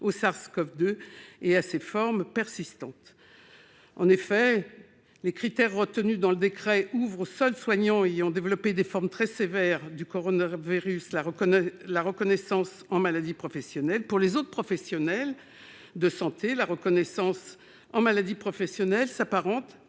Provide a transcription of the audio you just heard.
SARS-CoV-2 et à ses formes persistantes. En effet, les critères retenus dans le décret ouvrent aux seuls soignants ayant développé des formes très sévères du coronavirus la reconnaissance de ces pathologies en maladies professionnelles. Pour les autres professionnels de santé, la reconnaissance en maladie professionnelle s'apparente